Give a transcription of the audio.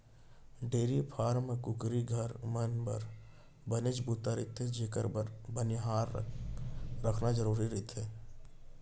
dairy farm, कुकरी घर, मन म बनेच बूता रथे जेकर बर बनिहार रखना जरूरी होथे